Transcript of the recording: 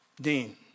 Dean